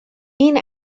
این